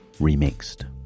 remixed